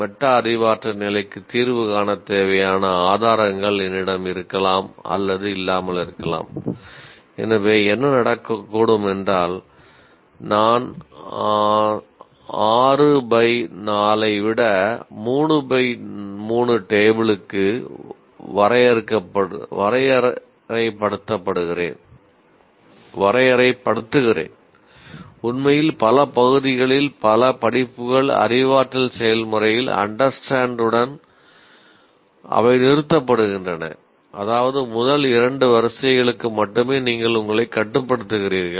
meta அறிவாற்றல் உடன் அவை நிறுத்தப்படுகின்றன அதாவது முதல் இரண்டு வரிசைகளுக்கு மட்டுமே நீங்கள் உங்களை கட்டுப்படுத்துகிறீர்கள்